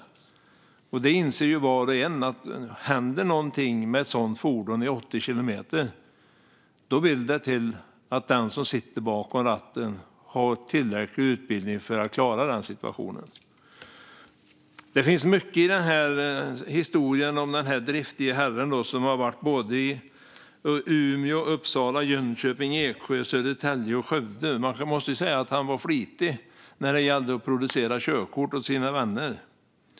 Var och en inser att om något händer med ett sådant fordon i 80 kilometers hastighet vill det till att den som sitter bakom ratten har tillräcklig utbildning för att klara den situationen. Det finns mycket i historien om den driftige herren som har varit i Umeå, Uppsala, Jönköping, Eksjö, Södertälje och Skövde. Han var flitig när det gällde att producera körkort åt sina vänner.